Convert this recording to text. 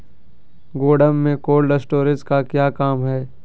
गोडम में cold storage का क्या काम है?